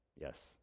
Yes